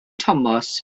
tomos